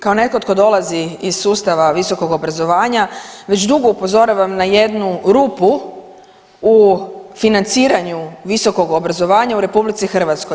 Kao netko tko dolazi iz sustava visokog obrazovanja već dugo upozoravam na jednu rupu u financiranju visokog obrazovanja u RH.